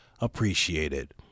appreciated